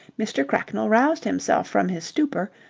mr. cracknell roused himself from his stupor,